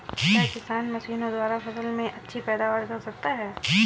क्या किसान मशीनों द्वारा फसल में अच्छी पैदावार कर सकता है?